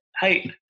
hey